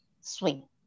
swing